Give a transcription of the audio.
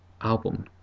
album